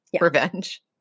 Revenge